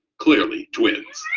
clearly, twins,